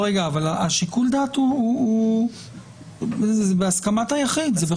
אבל שיקול הדעת הוא בהסכמת היחיד.